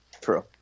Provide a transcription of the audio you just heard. true